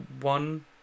one